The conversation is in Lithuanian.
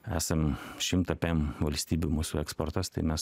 esam šimtą pem valstybių mūsų eksportas tai mes